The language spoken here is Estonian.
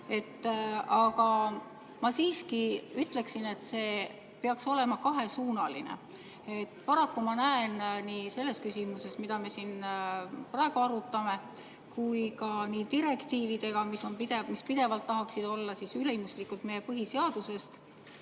ma siiski ütleksin, et see peaks olema kahesuunaline. Paraku ma näen nii selles küsimuses, mida me siin praegu arutame, kui ka direktiivide puhul, mis pidevalt tahaksid olla ülimuslikud meie põhiseaduses